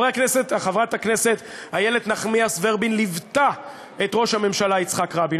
חברת הכנסת איילת נחמיאס ורבין ליוותה את ראש הממשלה יצחק רבין,